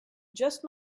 just